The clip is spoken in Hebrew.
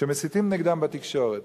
שמסיתים נגדם בתקשורת,